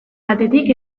batetik